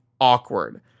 awkward